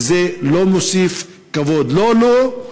וזה לא מוסיף כבוד לא לו,